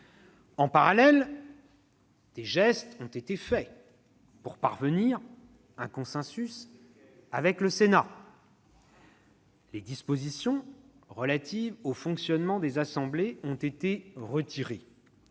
En parallèle, des gestes ont été faits pour parvenir à un consensus avec le Sénat. » Lesquels ?« Les dispositions relatives au fonctionnement des assemblées ont été retirées.